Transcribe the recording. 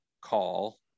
call